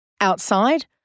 Outside